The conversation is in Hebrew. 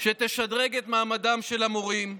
שתשדרג את מעמדם של המורים,